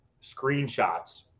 screenshots